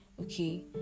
okay